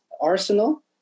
arsenal